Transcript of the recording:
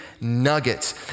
nuggets